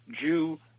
Jew